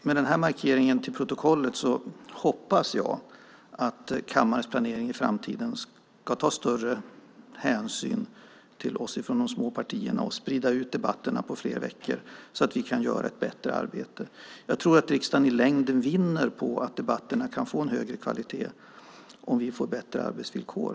Med den här markeringen förd till protokollet hoppas jag att kammarens planering i framtiden ska ta större hänsyn till oss från de små partierna och sprida ut debatterna på flera veckor så att vi kan göra ett bättre arbete. Jag tror att riksdagen i längden vinner på att debatterna kan få en högre kvalitet om vi får bättre arbetsvillkor.